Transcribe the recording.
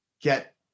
get